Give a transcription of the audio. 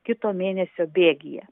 kito mėnesio bėgyje